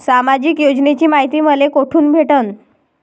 सामाजिक योजनेची मायती मले कोठून भेटनं?